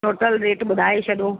total rate ॿुधाए छॾियो